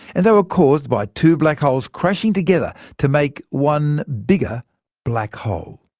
and they were caused by two black holes crashing together to make one bigger black hole.